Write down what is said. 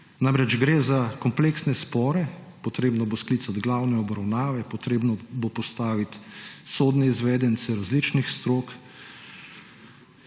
Namreč, gre za kompleksne spore, potrebno bo sklicati glavne obravnave, potrebno bo postaviti sodne izvedence različnih strok.